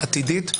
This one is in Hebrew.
זה זמן הדיבור שלו.